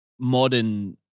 modern